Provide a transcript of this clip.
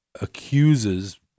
accuses